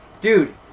dude